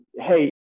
hey